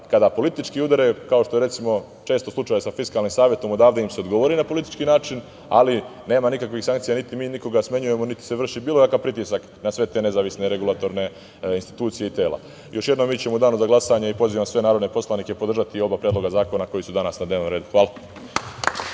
kada politički udare, kao što je često slučaj sa Fiskalnim savetom, odavde im se odgovori na politički način, ali nema nikakvih sankcija, niti mi nikoga smenjujemo, niti se vrši bilo kakav pritisak na sve te nezavisne regulatorne institucije i tela. Još jednom, mi ćemo u danu za glasanje i pozivam sve narodne poslenike podržati oba predloga zakona koji su danas na dnevnom redu. Hvala.